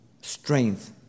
strength